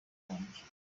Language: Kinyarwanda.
wanjye